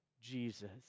Jesus